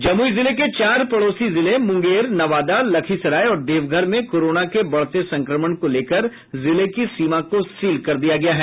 जमुई जिले के चार पड़ोसी जिले मुंगेर नवादा लखीसराय और देवघर में कोरोना के बढ़ते संक्रमण को लेकर जिले की सीमा को सील कर दिया गया है